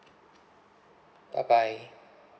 bye bye